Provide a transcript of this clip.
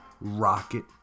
rocket